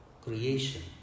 creation